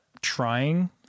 trying